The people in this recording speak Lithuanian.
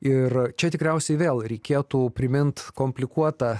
ir čia tikriausiai vėl reikėtų primint komplikuotą